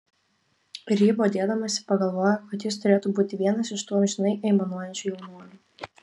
ir ji bodėdamasi pagalvojo kad jis turėtų būti vienas iš tų amžinai aimanuojančių jaunuolių